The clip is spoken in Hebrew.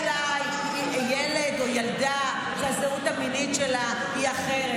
אולי ילד או ילדה שהזהות המינית שלהם היא אחרת,